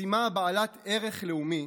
משימה בעלת ערך לאומי,